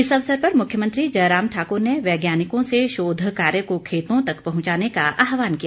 इस अवसर पर मुख्यमंत्री जयराम ठाकुर ने वैज्ञानिकों से शोध कार्य को खेतों तक पहुंचाने का आहवान किया